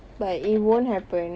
but it won't happen